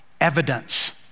evidence